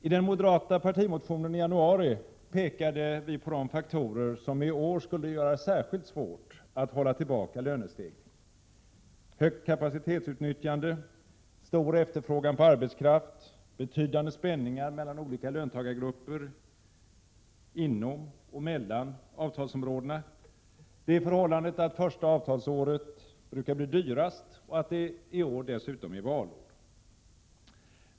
I den moderata partimotionen i januari pekade vi på de faktorer som i år skulle göra det särskilt svårt att hålla tillbaka lönestegringen: högt kapacitetsutnyttjande, stor efterfrågan på arbetskraft, betydande spänningar mellan olika löntagargrupper inom och mellan avtalsområdena, det förhållandet att första avtalsåret brukar bli dyrast och att det i år dessutom är valår.